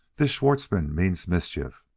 this schwartzmann means mischief,